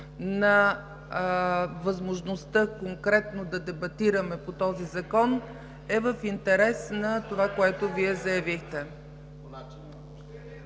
на възможността конкретно да дебатираме по този Закон е в интерес на това, което заявихте.